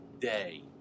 day